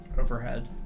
overhead